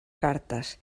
cartes